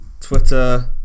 Twitter